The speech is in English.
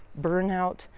burnout